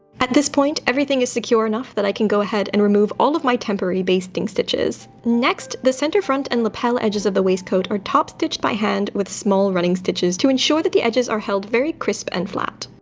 at this point everything is secure enough that i can go ahead and remove all of my temporary basting stitches. next, the center front and lapel edges of the waistcoat are top stitched by hand with small running stitches to ensure that the edges are held very crisp and flat.